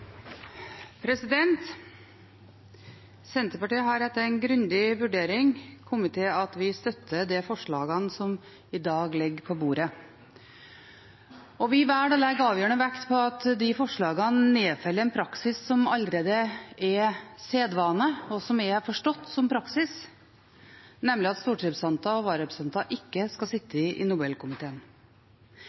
Senterpartiet har etter en grundig vurdering kommet til at vi støtter de forslagene som i dag ligger på bordet. Vi velger å legge avgjørende vekt på at disse forslagene nedfeller en praksis som allerede er sedvane, og som er forstått som praksis, nemlig at stortingsrepresentanter og vararepresentanter ikke skal sitte i Nobelkomiteen.